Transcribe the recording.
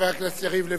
חבר הכנסת יריב לוין,